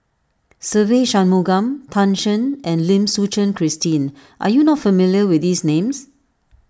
Se Ve Shanmugam Tan Shen and Lim Suchen Christine are you not familiar with these names